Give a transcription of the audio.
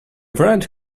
wrench